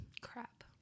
Crap